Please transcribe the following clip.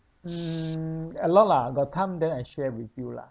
mm a lot lah got time then I share with you lah